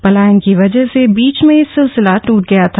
पलायन की वजह से बीच में यह सिलसिला ट्रट गया था